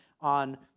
on